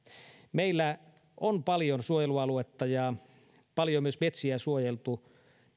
meillä on paljon suojelualuetta ja paljon myös metsiä suojeltu